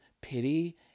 pity